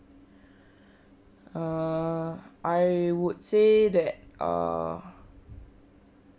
err I would say that uh